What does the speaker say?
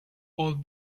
all